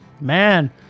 man